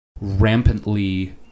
rampantly